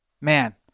man